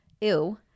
ew